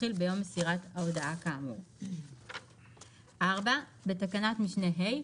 שתתחיל ביום מסירת ההודעה כאמור " בתקנת משנה (ה),